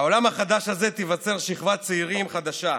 בעולם החדש הזה תיווצר שכבת צעירים חדשה.